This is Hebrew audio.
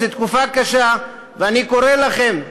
זו תקופה קשה, ואני קורא לכם,